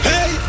Hey